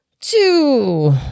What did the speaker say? two